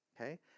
Okay